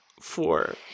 four